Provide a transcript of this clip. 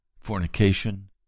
fornication